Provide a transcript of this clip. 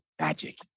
magic